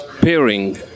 pairing